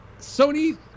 Sony